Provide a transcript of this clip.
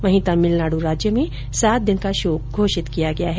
वहीं तमिलनाडु राज्य में सात दिन का शोक घोषित किया गया है